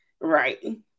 Right